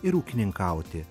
ir ūkininkauti